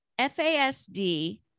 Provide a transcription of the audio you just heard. FASD